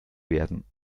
werden